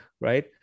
right